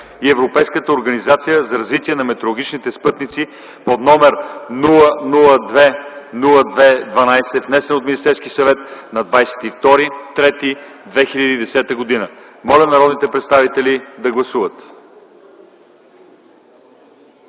и Европейската организация за развитие на метеорологичните спътници, № 002 02 12, внесен от Министерския съвет на 22 март 2010 г. Моля народните представители да гласуват.